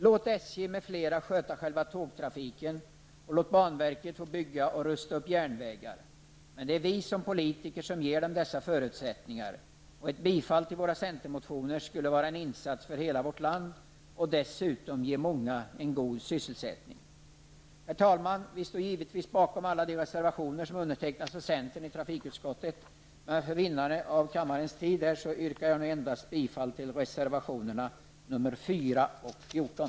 Låt SJ m.fl. sköta själva tågtrafiken, och låt banverket få bygga och rusta upp järnvägar, men det är vi som politiker som ger dem dessa förutsättningar, och ett bifall till centermotionerna skulle vara en insats för hela vårt land och dessutom ge många en god sysselsättning. Herr talman! Vi står givetvis bakom alla de reservationer som undertecknats av centern i trafikutskottet, men för vinnande av tid i kammaren yrkar jag nu bifall endast till reservationerna nr 4 och 14.